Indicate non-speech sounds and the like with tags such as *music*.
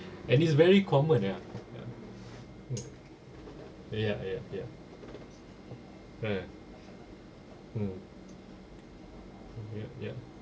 and it's very common ya ya *noise* ya ya ya ah ya mm ya ya